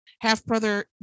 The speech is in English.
Half-brother